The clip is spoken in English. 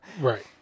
Right